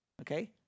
okay